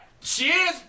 cheers